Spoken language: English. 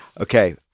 Okay